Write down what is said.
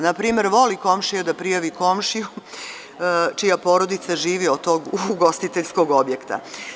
Na primer, voli komšija da prijavi komšiju čija porodica živi od tog ugostiteljskog objekta.